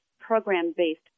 program-based